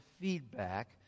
feedback